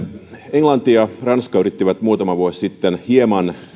englanti ja ranska yrittivät muutama vuosi sitten hieman